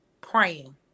praying